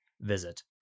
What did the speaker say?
visit